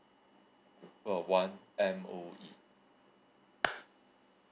call one M_O_E